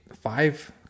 five